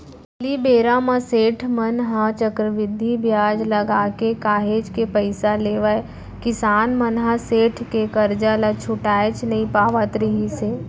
पहिली बेरा म सेठ मन ह चक्रबृद्धि बियाज लगाके काहेच के पइसा लेवय किसान मन ह सेठ के करजा ल छुटाएच नइ पावत रिहिस हे